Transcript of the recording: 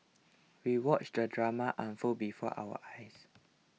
we watched the drama unfold before our eyes